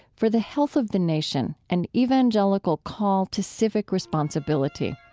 for the health of the nation an evangelical call to civic responsibility.